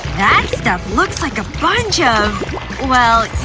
that stuff looks like a bunch of well,